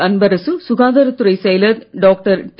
அன்பரசு சுகாதாரத் துறை செயலர் டாக்டர் டி